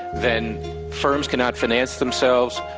then firms cannot finance themselves,